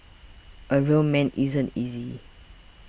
a real man isn't easy